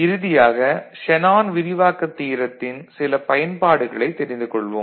இறுதியாக ஷேனான் விரிவாக்கத் தியரத்தின் சில பயன்பாடுகளைத் தெரிந்து கொள்வோம்